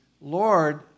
Lord